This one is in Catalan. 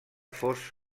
fos